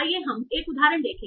आइए हम 1 उदाहरण देखें